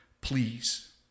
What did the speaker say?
Please